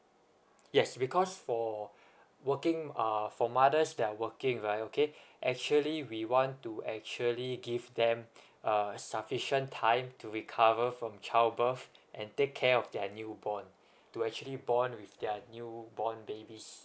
yes because for working uh for mothers that are working right okay actually we want to actually give them err sufficient time to recover from child birth and take care of their newborn to actually born with their newborn babies